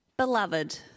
Beloved